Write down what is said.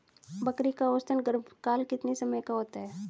बकरी का औसतन गर्भकाल कितने समय का होता है?